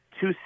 two